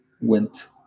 went